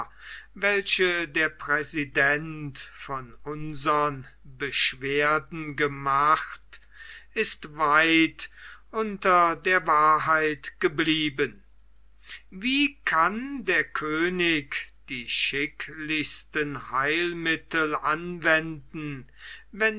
welche der präsident von unsern beschwerden gemacht ist weit unter der wahrheit geblieben wie kann der könig die schicklichsten heilmittel anwenden wenn